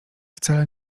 wcale